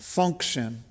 function